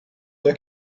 der